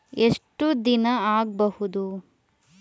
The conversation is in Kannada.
ಎಷ್ಟು ದಿನ ಆಗ್ಬಹುದು?